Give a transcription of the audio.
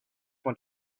want